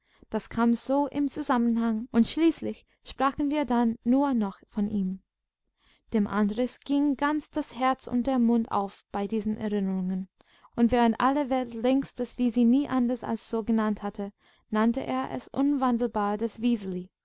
das kam so im zusammenhang und schließlich sprachen wir dann nur noch von ihm dem andres ging ganz das herz und der mund auf bei diesen erinnerungen und während alle welt längst das wisi nie anders als so genannt hatte nannte er es unwandelbar das